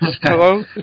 Hello